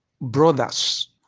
brothers